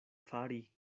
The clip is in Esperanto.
fari